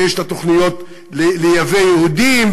ויש לה תוכניות לייבא יהודים,